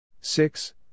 Six